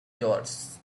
yours